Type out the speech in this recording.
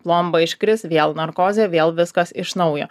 plomba iškris vėl narkozė vėl viskas iš naujo